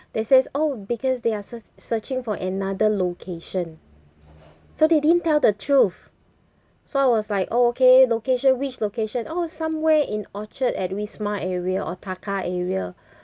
they says oh because they are search searching for another location so they didn't tell the truth so I was like oh okay location which location oh somewhere in orchard at wisma area or taka area